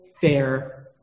fair